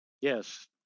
Yes